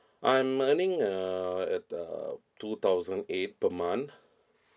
I'm earning uh uh two thousand eight per month